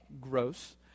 Gross